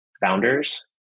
founders